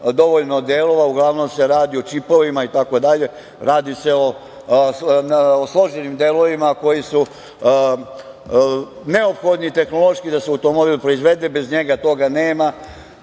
dovoljno delova, uglavnom se radi o čipovima itd. radi se o složenim delovima koji su neophodni tehnološki da se automobil proizvede, bez njega toga nema.